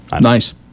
Nice